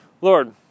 Lord